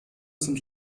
sind